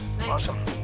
awesome